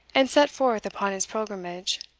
and set forth upon his pilgrimage.